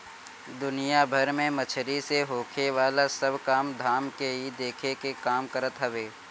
दुनिया भर में मछरी से होखेवाला सब काम धाम के इ देखे के काम करत हवे